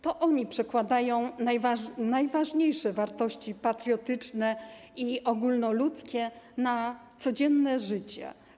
To oni przekładają najważniejsze wartości patriotyczne i ogólnoludzkie na codzienne życie.